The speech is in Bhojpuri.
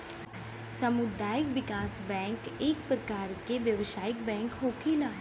सामुदायिक विकास बैंक इक परकार के व्यवसायिक बैंक होखेला